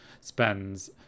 spends